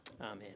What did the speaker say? Amen